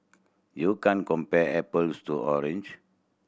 you can't compare apples to orange